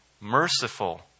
merciful